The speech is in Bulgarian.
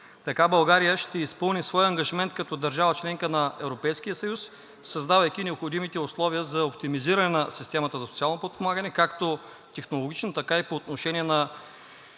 Така България ще изпълни своя ангажимент като държава – членка на Европейския съюз, създавайки необходимите условия за оптимизиране на системата за социалното подпомагане както технологично, така и по отношение на